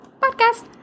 Podcast